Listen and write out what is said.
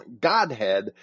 Godhead